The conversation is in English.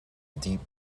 deep